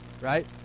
Right